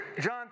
John